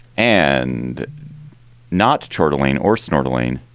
and not chortling or snorkeling.